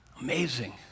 Amazing